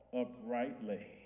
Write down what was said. uprightly